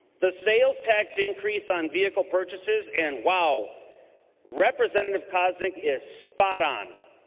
the sales tax increase on vehicle purchases and well representative koznick is spot on.